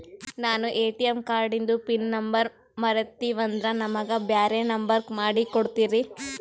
ನಾನು ಎ.ಟಿ.ಎಂ ಕಾರ್ಡಿಂದು PIN number ಮರತೀವಂದ್ರ ನಮಗ ಬ್ಯಾರೆ ನಂಬರ್ ಮಾಡಿ ಕೊಡ್ತೀರಿ?